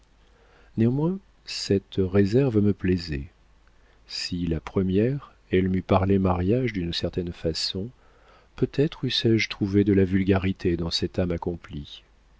néanmoins cette réserve me plaisait si la première elle m'eût parlé mariage d'une certaine façon peut-être eussé-je trouvé de la vulgarité dans cette âme accomplie